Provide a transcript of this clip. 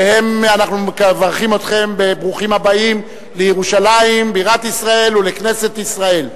ואנחנו מברכים אתכם בברוכים הבאים לירושלים בירת ישראל ולכנסת ישראל.